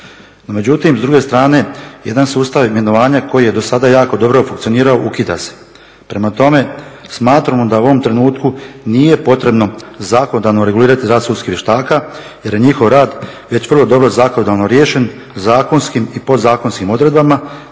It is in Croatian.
međutim, s druge strane jedan sustav imenovanja koji je do sada jako dobro funkcionirao ukida se. Prema tome, smatramo da u ovom trenutku nije potrebno zakonodavno regulirati rad sudskih vještaka, jer je njihov rad već vrlo dobro zakonodavno riješen zakonskim i podzakonskim odredbama,